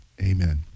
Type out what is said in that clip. amen